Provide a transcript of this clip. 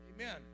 Amen